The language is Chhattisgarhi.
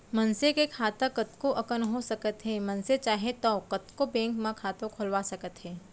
मनसे के खाता कतको अकन हो सकत हे मनसे चाहे तौ कतको बेंक म खाता खोलवा सकत हे